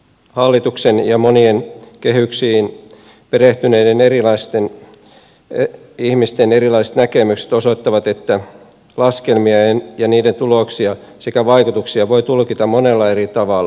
hallituksen ja monien kehyksiin perehtyneiden ihmisten erilaiset näkemykset osoittavat että laskelmia ja niiden tuloksia sekä vaikutuksia voi tulkita monella eri tavalla